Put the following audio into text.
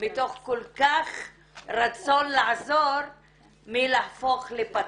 מתוך רצון לעזור מלהפוך לפטרוניות.